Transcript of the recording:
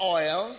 oil